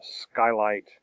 skylight